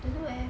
don't know leh